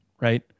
right